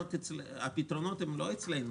הפתרונות הם לא אצלנו,